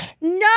no